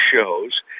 shows